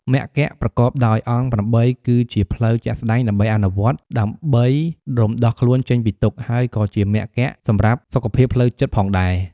មគ្គប្រកបដោយអង្គ ៨ គឺជាផ្លូវជាក់ស្តែងដើម្បីអនុវត្តន៍ដើម្បីរំដោះខ្លួនចេញពីទុក្ខ ហើយក៏ជាមគ្គសម្រាប់សុខភាពផ្លូវចិត្តផងដែរ។